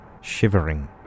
shivering